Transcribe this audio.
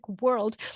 world